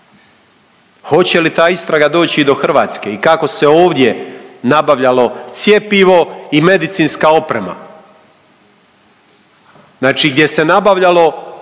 Hoće li ta istraga doći i do Hrvatske i kako se ovdje nabavljalo cjepivo i medicinska oprema, znači gdje se nabavljalo